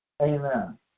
Amen